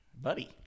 Buddy